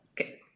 Okay